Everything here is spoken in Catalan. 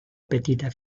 petita